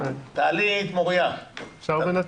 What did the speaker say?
לומר משהו?